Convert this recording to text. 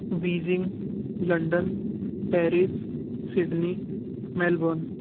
Beijing London Paris Sydney Melbourne